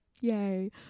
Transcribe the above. yay